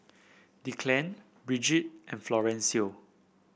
Declan Bridget and Florencio